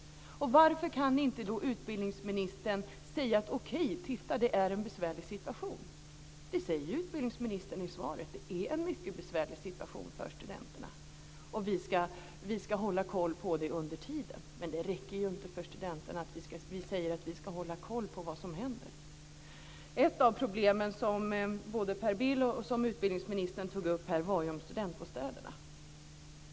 Varför kan inte utbildningsministern säga att det är en besvärlig situation? I svaret säger utbildningsministern att det är en mycket besvärlig situation för studenterna och att man ska hålla koll på det under tiden. Men det räcker ju inte för studenterna att vi säger att vi ska hålla koll på vad som händer. Ett av de problem som både Per Bill och utbildningsministern tog upp gällde studentbostäderna.